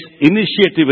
initiative